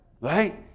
Right